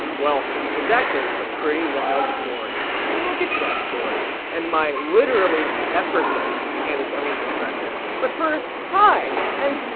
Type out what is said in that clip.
well, it's actually a pretty wild story. cody and we'll get to that story, and my literally effortless candace owens impression. but first, hi! and,